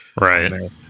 Right